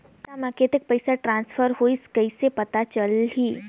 खाता म कतेक पइसा ट्रांसफर होईस कइसे पता चलही?